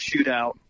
shootout